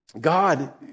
God